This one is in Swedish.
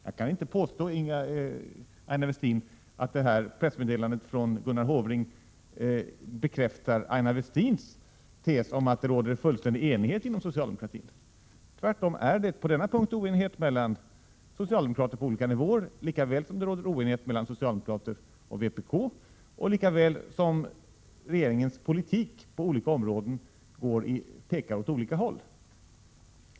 Jag kan inte påstå, Aina Westin, att pressmeddelandet från Gunnar Hofring bekräftar Aina Westins tes om att det råder fullständig enighet inom socialdemokratin. Tvärtom är det på denna punkt oenighet mellan socialdemokrater på olika nivåer, likaväl som det råder oenighet mellan socialdemokrater och vpk och likaväl som regeringens politik på olika områden pekar åt olika håll.